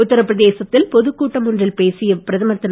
உத்தரப்பிரதேசத்தில் காந்தி பொதுக்கூட்டம் ஒன்றில் பேசிய பிரதமர் திரு